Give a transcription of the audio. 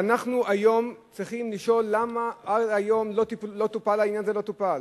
ואנחנו היום צריכים לשאול למה עד היום העניין הזה לא טופל.